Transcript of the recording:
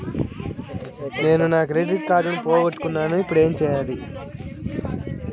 నేను నా క్రెడిట్ కార్డును పోగొట్టుకున్నాను ఇపుడు ఏం చేయాలి?